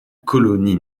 colonie